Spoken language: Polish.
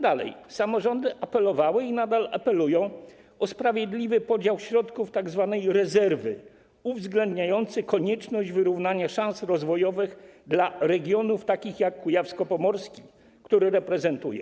Dalej, samorządy apelowały i nadal apelują o sprawiedliwy podział środków z tzw. rezerwy uwzględniającej konieczność wyrównania szans rozwojowych dla regionów takich jak region kujawsko-pomorski, który reprezentuję.